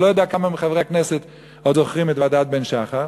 אני לא יודע כמה מחברי הכנסת עוד זוכרים את ועדת בן-שחר,